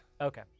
Okay